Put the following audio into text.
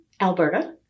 Alberta